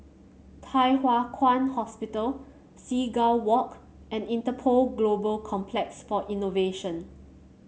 Thye Hua Kwan Hospital Seagull Walk and Interpol Global Complex for Innovation